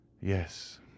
yes